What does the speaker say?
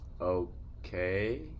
Okay